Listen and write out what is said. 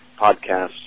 podcasts